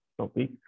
topic